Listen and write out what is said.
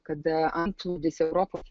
kada antplūdis europos